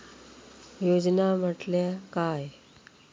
योजना म्हटल्या काय?